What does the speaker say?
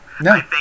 No